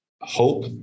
hope